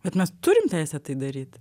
bet mes turim teisę tai daryti